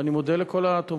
ואני מודה לכל התומכים.